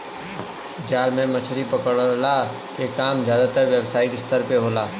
जाल से मछरी पकड़ला के काम जादातर व्यावसायिक स्तर पे होला